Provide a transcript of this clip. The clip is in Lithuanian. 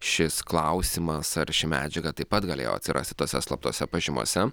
šis klausimas ar ši medžiaga taip pat galėjo atsirasti tose slaptose pažymose